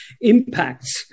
impacts